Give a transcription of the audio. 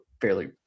fairly